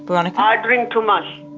boronika? i drink too much.